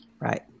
right